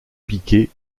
piqué